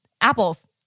apples